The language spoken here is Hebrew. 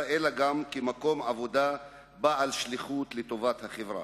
אלא גם מקום עבודה בעל שליחות לטובת החברה.